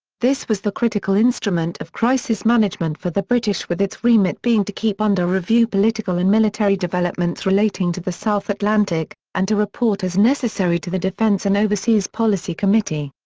this was the critical instrument of crisis management for the british with its remit being to keep under review political and military developments relating to the south atlantic, and to report as necessary to the defence and overseas policy committee.